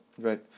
Right